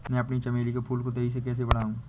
मैं अपने चमेली के फूल को तेजी से कैसे बढाऊं?